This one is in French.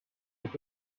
est